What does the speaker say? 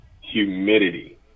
Humidity